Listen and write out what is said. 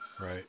Right